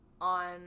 on